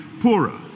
poorer